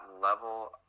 level